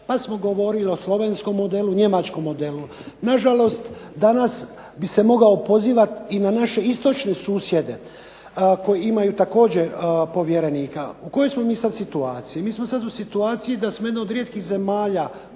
pa smo govorili o Slovenskom modelu, Njemačkom modelu. Na žalost danas bi se mogao pozivati i na naše istočne susjede, koji imaju također povjerenika. U kojoj smo mi sada situaciji, mi smo sada u situaciji da smo jedna od rijetkih zemalja